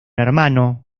hermano